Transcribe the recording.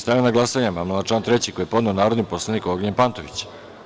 Stavljam na glasanje amandman na član 3. koji je podneo narodni poslanik Ognjen Pantović.